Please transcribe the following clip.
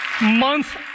month